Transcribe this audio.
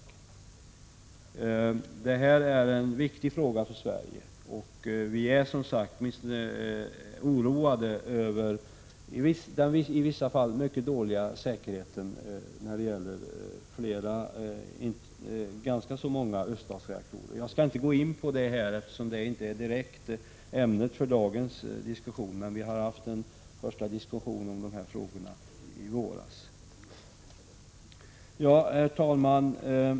Det här är en viktig fråga för Sverige, och vi är som sagt oroade över den i vissa fall mycket dåliga säkerheten hos ganska många öststatsreaktorer. Jag skallinte gå in på det nu, eftersom det inte direkt är ämnet för dagens debatt — vi hade en första diskussion om detta i våras.